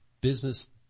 business